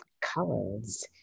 colors